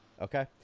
Okay